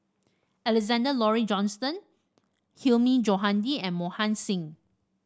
Alexander Laurie Johnston Hilmi Johandi and Mohan Singh